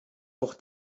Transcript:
auch